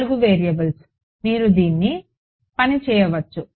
4 variables మీరు దీన్ని పని చేయవచ్చు